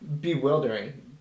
bewildering